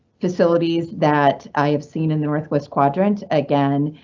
facilities that i have seen in the northwest quadrant again,